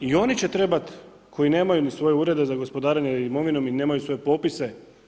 I oni će trebat koji nemaju ni svoje urede za gospodarenje imovinom i nemaju svoje popise.